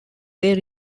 they